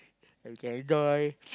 that we can enjoy